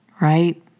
right